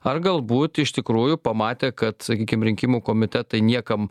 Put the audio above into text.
ar galbūt iš tikrųjų pamatė kad sakykim rinkimų komitetai niekam